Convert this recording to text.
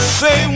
say